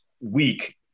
weak